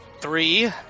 Three